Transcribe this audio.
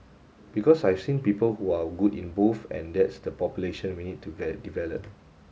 because I've seen people who are good in both and that's the population we need to develop